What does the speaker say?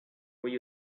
will